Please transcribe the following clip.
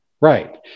Right